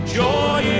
joy